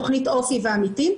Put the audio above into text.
תכנית אופי ועמיתים.